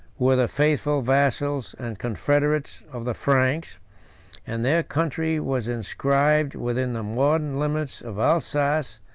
were the faithful vassals and confederates of the franks and their country was inscribed within the modern limits of alsace,